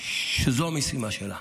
שזו המשימה שלה,